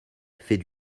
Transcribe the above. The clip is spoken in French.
fait